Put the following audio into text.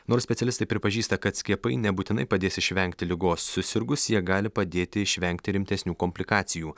nors specialistai pripažįsta kad skiepai nebūtinai padės išvengti ligos susirgus jie gali padėti išvengti rimtesnių komplikacijų